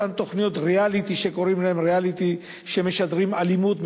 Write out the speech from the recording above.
אותן תוכניות ריאליטי שמשדרות אלימות,